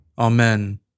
Amen